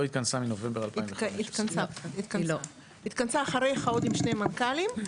לא התכנסה מנובמבר 2015. התכנסה אחריך עם עוד שני מנכ"לים.